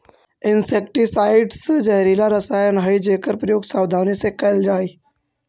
insecticides जहरीला रसायन हई जेकर प्रयोग सावधानी से कैल जा हई